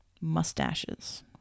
mustaches